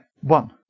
One